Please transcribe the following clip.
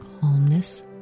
calmness